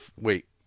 wait